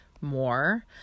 more